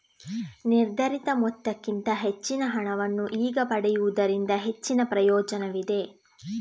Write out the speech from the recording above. ನಿರ್ಧರಿತ ಮೊತ್ತಕ್ಕಿಂತ ಹೆಚ್ಚಿನ ಹಣವನ್ನು ಈಗ ಪಡೆಯುವುದರಿಂದ ಹೆಚ್ಚಿನ ಪ್ರಯೋಜನವಿದೆ